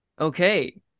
okay